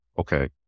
okay